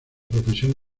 profesión